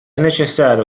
necessario